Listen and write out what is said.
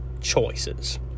choices